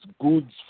goods